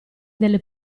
delle